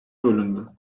bölündü